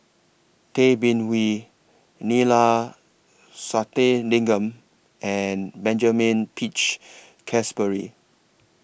Tay Bin Wee Neila Sathyalingam and Benjamin Peach Keasberry